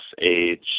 age